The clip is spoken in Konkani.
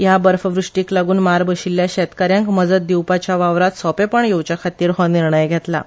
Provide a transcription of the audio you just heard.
हया भर्फवृश्टीक लागून मार बशिल्ल्या शेतकारांक मजत दिवपाच्या वावरात सोपेपण येवच्या खातीर हो निर्णय घेतलां